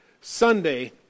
Sunday